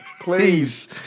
Please